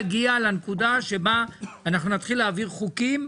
זה עומד להגיע לנקודה שבה נתחיל להעביר חוקים,